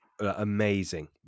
amazing